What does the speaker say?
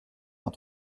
dans